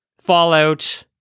fallout